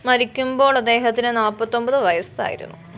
മരിക്കുമ്പോൾ അദ്ദേഹത്തിന് നാൽപ്പത്തൊൻപത് വയസ്സായിരുന്നു